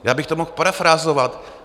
Já bych to mohl parafrázovat.